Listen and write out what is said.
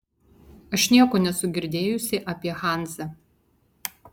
aš nieko nesu girdėjusi apie hanzą